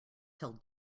till